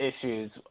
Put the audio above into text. issues